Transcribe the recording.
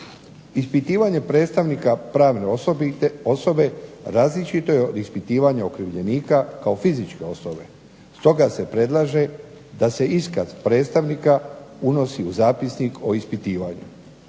Ispitivanje predstavnika pravne osobe različito je ispitivanje okrivljenika kao fizičke osobe, stoga se predlaže da se iskaz predstavnika unosi u zapisnik o ispitivanju.